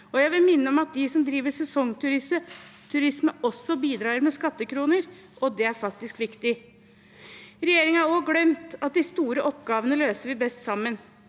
Jeg vil minne om at de som driver med sesongturisme, også bidrar med skattekroner, og det er faktisk viktig. Regjeringen har glemt at de store oppgavene løser vi best sammen.